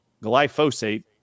glyphosate